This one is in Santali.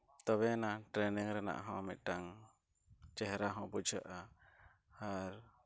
ᱛᱚᱵᱮᱭᱮᱱᱟᱝ ᱴᱨᱮᱱᱤᱝ ᱨᱮᱱᱟᱜ ᱦᱚᱸ ᱢᱤᱫᱴᱟᱝ ᱪᱮᱦᱨᱟ ᱦᱚᱸ ᱵᱩᱡᱷᱟᱹᱜᱼᱟ ᱟᱨ